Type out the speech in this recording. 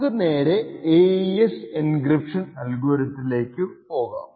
നമുക്ക് നേരേ AES encryption അൽഗോരിതത്തിലേക്കു പോകാം